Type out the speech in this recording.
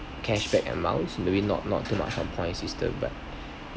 cashback and miles maybe not not too much on point system but